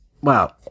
Wow